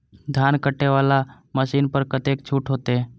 धान कटे वाला मशीन पर कतेक छूट होते?